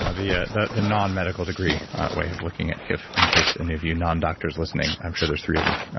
ah the ah the non-medical degree way of looking at hif, in case any of you non-doctors listening i'm sure there's three of you. that